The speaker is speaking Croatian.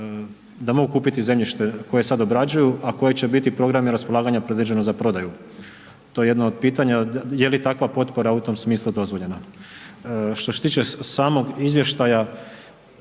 da mogu kupiti zemljište koje sad obrađuju a koje će biti programi raspolaganja predviđeno za prodaju? To je jedno od pitanja je li takva potpora u tom smislu dozvoljena. Što se tiče samog izvještaja,